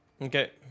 Okay